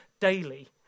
daily